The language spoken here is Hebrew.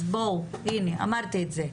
אז בואו, הנה, אמרתי את זה.